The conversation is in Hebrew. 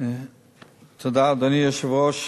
אדוני היושב-ראש,